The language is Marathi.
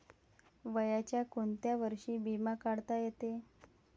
वयाच्या कोंत्या वर्षी बिमा काढता येते?